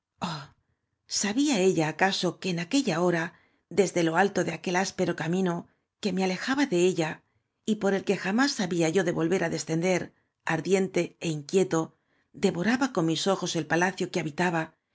sabía ella acaso que en aquella hora desde lo alto de aquel áspero camino que rae alejaba ile ella y por el que jam ás había yo de volver i descender ardiente é inquieto devora ba con mis ojos el palacio que habitaba